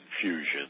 confusion